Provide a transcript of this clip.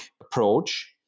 approach